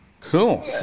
Cool